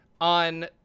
on